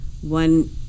one